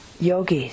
yogis